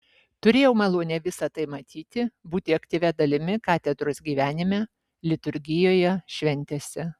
turėjau malonę visa tai matyti būti aktyvia dalimi katedros gyvenime liturgijoje šventėse